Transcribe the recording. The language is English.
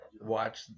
watch